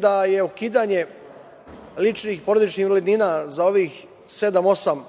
da je ukidanje ličnih porodičnih invalidnina za ovih sedam, osam